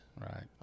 Right